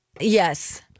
Yes